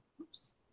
Oops